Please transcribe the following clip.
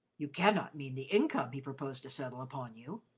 you can not mean the income he proposed to settle upon you!